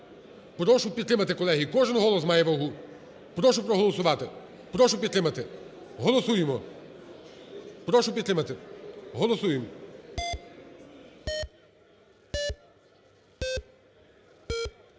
прошу підтримати, колеги, кожен голос має вагу. Прошу проголосувати, прошу підтримати. Голосуємо. Прошу підтримати. Голосуємо.